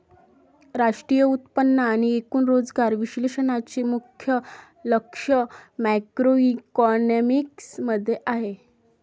राष्ट्रीय उत्पन्न आणि एकूण रोजगार विश्लेषणाचे मुख्य लक्ष मॅक्रोइकॉनॉमिक्स मध्ये आहे